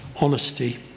Honesty